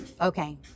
Okay